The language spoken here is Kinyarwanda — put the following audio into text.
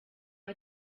nka